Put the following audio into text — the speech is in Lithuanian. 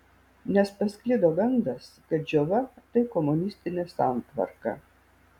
nes pasklido gandas kad džiova tai komunistinė santvarka